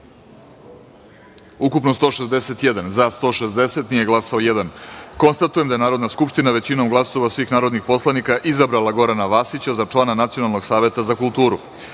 ukupno – 161, za – 160, nije glasao – jedan. Konstatujem da je Narodna skupština većinom glasova svih narodnih poslanika izabrala Gorana Vasića za člana Nacionalnog saveta za kulturu. Stavljam